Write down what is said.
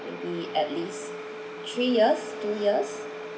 maybe at least three years two years